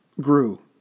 grew